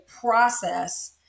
process